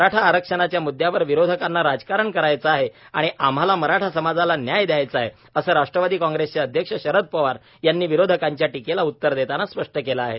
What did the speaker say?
मराठा आरक्षणाच्या मृद्दयावर विरोधकांना राजकारण करायचं आहे आणि आम्हाला मराठा समाजाला न्याय द्यायचा आहे असे राष्ट्रवादी काँग्रेसचे अध्यक्ष शरद पवार यांनी विरोधकांच्या टिकेला उत्तर देतांना स्पष्ट केल आहे